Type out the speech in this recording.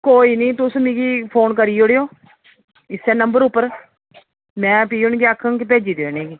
कोई नी तुस मिगी फोन करी ओड़ेओ इस्सै नम्बर उपर में प्यून गी आखङं भेजी देग इ'नेंगी